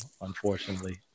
Unfortunately